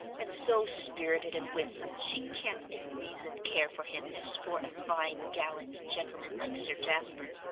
and so spirited and winsome she can't in reason care for him as for a fine, gallant gentleman like sir jasper.